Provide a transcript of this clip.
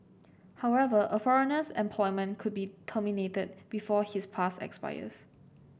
however a foreigner's employment could be terminated before his pass expires